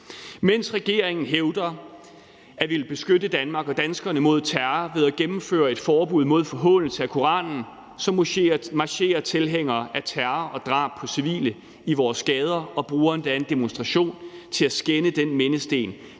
Mens regeringen hævder at ville beskytte Danmark og danskerne mod terror ved at gennemføre et forbud mod forhånelse af Koranen, marcherer tilhængere af terror og drab på civile i vores gader og bruger endda en demonstration til at skænde den mindesten,